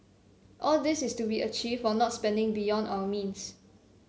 all this is to be achieved while not spending beyond our means